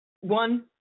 one